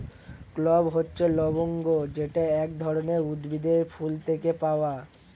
clove হচ্ছে লবঙ্গ যেটা এক ধরনের উদ্ভিদের ফুল থেকে পাওয়া